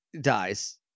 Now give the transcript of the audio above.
dies